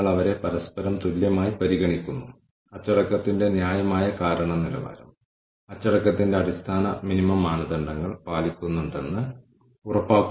അതിനാൽ അതെല്ലാം പരിഗണിച്ചു നമ്മൾ അവതരിപ്പിച്ച ഈ പുതിയ കാര്യം ഞങ്ങളുടെ ജീവനക്കാരിൽ എന്ത് സ്വാധീനം ചെലുത്തുന്നുവെന്ന് നമ്മൾ കാണുന്നു